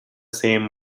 same